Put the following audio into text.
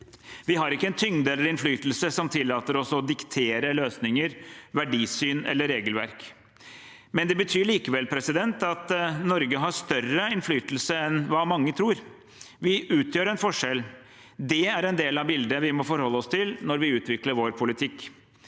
Vi har ikke en tyngde eller innflytelse som tillater oss å diktere løsninger, verdisyn eller regelverk. Det betyr likevel at Norge har større innflytelse enn hva mange tror. Vi utgjør en forskjell. Det er en del av bildet vi må forholde oss til når vi utvikler vår politikk.